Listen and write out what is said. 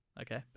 okay